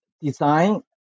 design